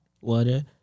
water